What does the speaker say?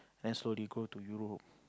then slowly go to Europe